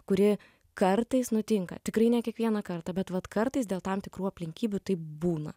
kuri kartais nutinka tikrai ne kiekvieną kartą bet vat kartais dėl tam tikrų aplinkybių taip būna